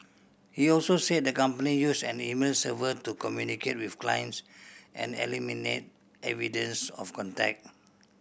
he also said the company used an email server to communicate with clients and eliminate evidence of contact